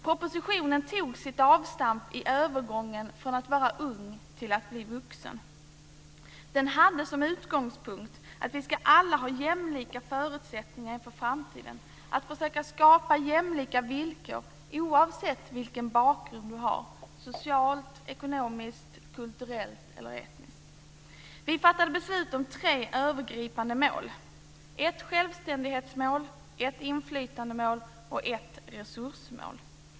Propositionen tog sitt avstamp i övergången från att vara ung till att bli vuxen. Den hade som utgångspunkt att alla ska ha jämlika förutsättningar inför framtiden, att vi måste försöka skapa jämlika villkor oavsett vilken bakgrund man har - socialt, ekonomiskt, kulturellt eller etniskt. Vi fattade beslut om tre övergripande mål - ett självständighetsmål, ett inflytandemål och ett resursmål.